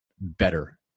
better